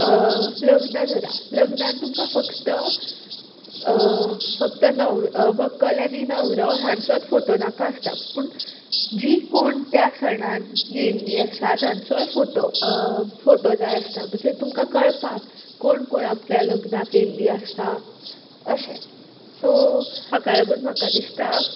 लग्न दरा लग्नान तुमकां फक्त फक्त नव व्हंकल आनी नवरो हांचोच फोटो नाका आसता पूण जीं कोण त्या सणान आयिल्लीं आसा तांचोय फोटो फोटो जाय आसता म्हणजे तुमकां कळपाक कोण कोण आपल्या लग्नाक आयिल्लीं आसा अशें सो हाका लागून म्हाका दिसता